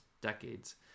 decades